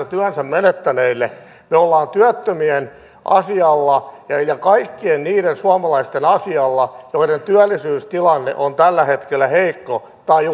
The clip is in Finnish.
työnsä menettäneille me ollaan työttömien asialla ja kaikkien niiden suomalaisten asialla joiden työllisyystilanne on tällä hetkellä heikko tai